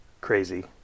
crazy